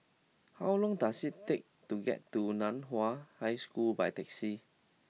how long does it take to get to Nan Hua High School by taxi